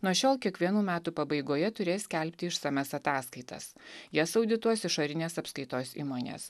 nuo šiol kiekvienų metų pabaigoje turės skelbti išsamias ataskaitas jas audituos išorinės apskaitos įmonės